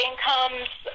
Incomes